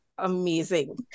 amazing